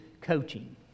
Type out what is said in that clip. coaching